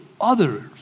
others